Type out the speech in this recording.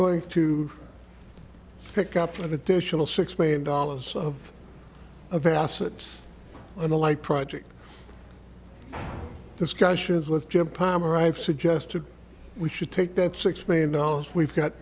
going to pick up an additional six million dollars of of assets and a light project discussions with jim palmer i've suggested we should take that six million dollars we've got